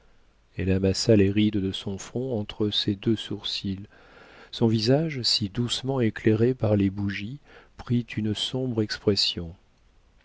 elle amassa les rides de son front entre ses deux sourcils son visage si doucement éclairé par les bougies prit une sombre expression